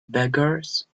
beggars